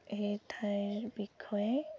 সেই ঠাইৰ বিষয়ে